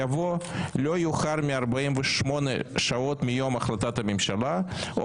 יבוא לא יאוחר מ-48 שעות מיום החלטת הממשלה או